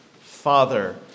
Father